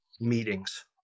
meetings